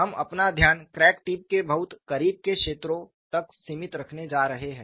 हम अपना ध्यान क्रैक टिप के बहुत करीब के क्षेत्रों तक सीमित रखने जा रहे हैं